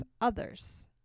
others